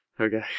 Okay